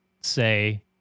say